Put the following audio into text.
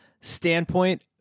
standpoint